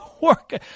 work